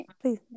please